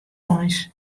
eins